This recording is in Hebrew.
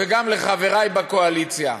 וגם לחברי בקואליציה: